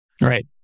Right